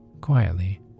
quietly